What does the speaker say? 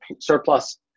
surplus